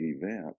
event